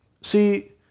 See